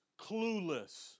clueless